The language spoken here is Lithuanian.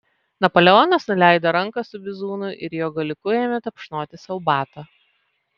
napoleonas nuleido ranką su bizūnu ir jo galiuku ėmė tapšnoti sau batą